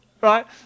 Right